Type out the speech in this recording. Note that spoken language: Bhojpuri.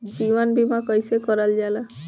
जीवन बीमा कईसे करल जाला?